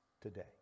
today